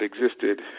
existed